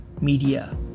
media